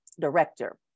director